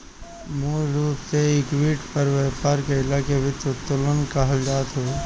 मूल रूप से इक्विटी पर व्यापार कईला के वित्तीय उत्तोलन कहल जात हवे